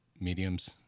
mediums